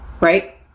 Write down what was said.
right